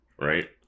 right